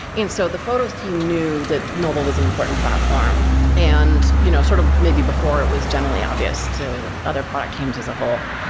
and so the photos team knew that mobile was an important platform, and you know sort of maybe before it was generally obvious to other product teams as a whole.